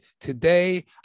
today